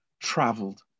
traveled